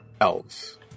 elves